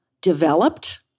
developed